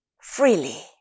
freely